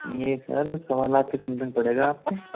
ये सर सवा लाख के समथिंग पड़ेगा आपको